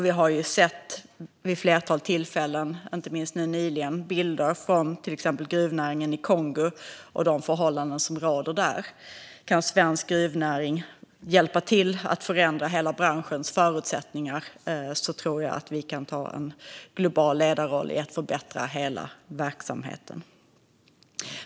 Vi har vid ett flertal tillfällen, inte minst nu nyligen, sett bilder från exempelvis gruvnäringen i Kongo och de förhållanden som råder där. Kan svensk gruvnäring hjälpa till att förändra hela branschens förutsättningar tror jag att vi kan ta en global ledarroll i att förbättra hela verksamheten.